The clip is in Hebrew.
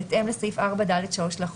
בהתאם לסעיף 4(ד)(3) לחוק,